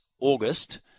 August